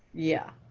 yeah.